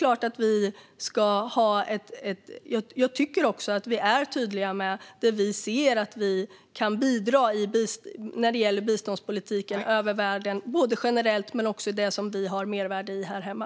Jag tycker också att vi är tydliga med det vi ser att vi kan bidra med i biståndspolitiken över världen generellt men också i det som vi har mervärde i här hemma.